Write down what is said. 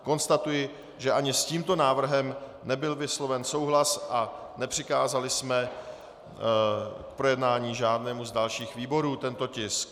Konstatuji, že ani s tímto návrhem nebyl vysloven souhlas a nepřikázali jsme k projednání žádnému z dalších výborů tento tisk.